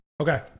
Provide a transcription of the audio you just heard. Okay